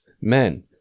men